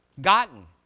Gotten